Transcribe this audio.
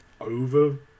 over